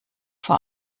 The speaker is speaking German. vor